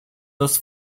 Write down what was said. dos